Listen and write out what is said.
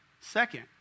Second